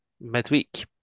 midweek